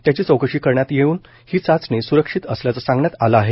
त्याची चौकशी करण्यात येऊन ही चाचणी स्रक्षित असल्याचं सांगण्यात आलं आहे